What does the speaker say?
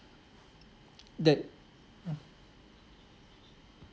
that